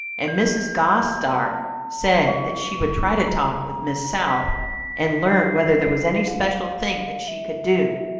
and mrs. gostar said that she would try to talk with miss south and learn whether there was any special thing that she could do.